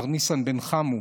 מר ניסן בן חמו,